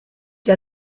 que